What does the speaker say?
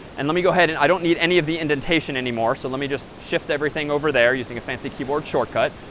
and let me go ahead and i don't need any of the indentation anymore, so let me just shift everything over there using a fancy keyboard shortcut.